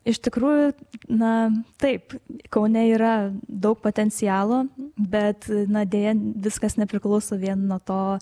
iš tikrųjų na taip kaune yra daug potencialo bet deja viskas nepriklauso vien nuo to